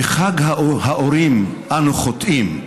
/ בחג האורים אנו חוטאים.